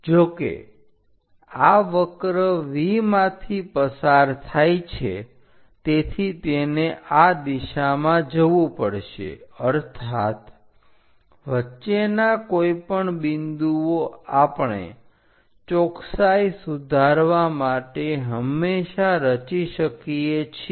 જોકે આ વક્ર V માંથી પસાર થાય છે તેથી તેને આ દિશામાં જવું પડશે અર્થાત વચ્ચેના કોઈપણ બિંદુઓ આપણે ચોકસાઈ સુધારવા માટે હંમેશા રચી શકીએ છીએ